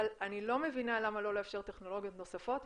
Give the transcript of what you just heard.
אבל אני לא מבינה למה לא לאפשר טכנולוגיות נוספות.